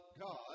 God